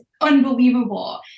unbelievable